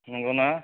नंगौना